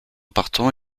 partant